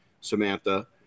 Samantha